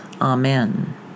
Amen